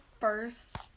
first